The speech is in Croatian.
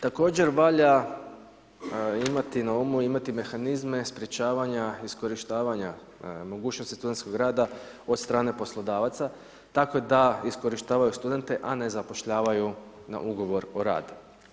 Također, valja imati na umu, imati mehanizme sprječavanja iskorištavanja mogućnosti studentskog rada od strane poslodavaca tako da iskorištavaju studente a ne zapošljavaju na ugovor o radu.